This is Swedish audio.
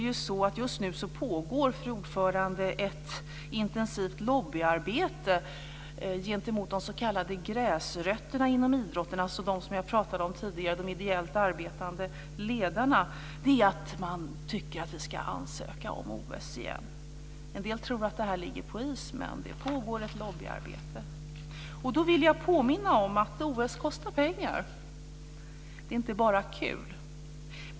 Just nu pågår, fru talman, ett intensivt lobbyarbete gentemot de s.k. gräsrötterna inom idrotten, alltså dem som jag pratade om tidigare, de ideellt arbetande ledarna. Man tycker att vi ska ansöka om OS igen. Det är inte bara kul.